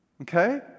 Okay